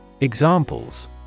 Examples